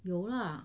有 lah